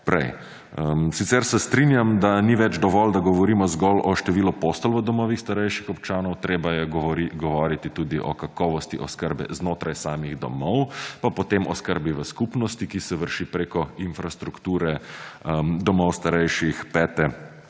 prej. Sicer se strinjam, da ni več dovolj, da govorimo zgolj o številu postelj v domovih starejših občanov. Treba je govoriti tudi o kakovosti oskrbe znotraj samih domov, pa potem oskrbi v skupnosti, ki se vrši preko infrastrukture domov starejših pete